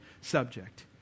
subject